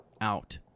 out